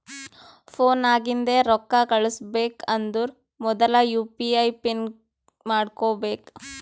phone ನಾಗಿಂದೆ ರೊಕ್ಕಾ ಕಳುಸ್ಬೇಕ್ ಅಂದರ್ ಮೊದುಲ ಯು ಪಿ ಐ ಪಿನ್ ಮಾಡ್ಕೋಬೇಕ್